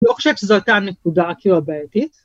‫אני לא חושב שזו הייתה נקודה ‫כאילו הבעייתית.